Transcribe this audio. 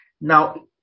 Now